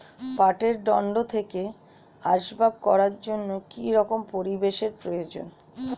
পাটের দণ্ড থেকে আসবাব করার জন্য কি রকম পরিবেশ এর প্রয়োজন?